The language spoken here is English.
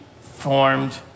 formed